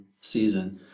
season